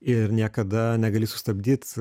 ir niekada negali sustabdyt